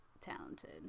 talented